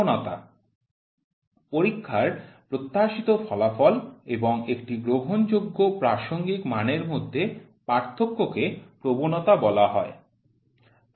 প্রবণতা পরীক্ষার প্রত্যাশিত ফলাফল এবং একটি গ্রহণযোগ্য প্রাসঙ্গিক মানের মধ্যে পার্থক্যকে প্রবণতা বলা হয়